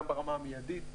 גם ברמה המיידית.